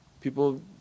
People